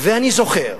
ואני זוכר,